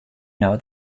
know